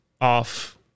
off